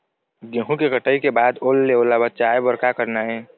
गेहूं के कटाई के बाद ओल ले ओला बचाए बर का करना ये?